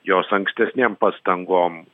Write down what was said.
jos ankstesnėm pastangom